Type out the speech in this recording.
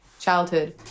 childhood